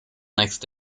next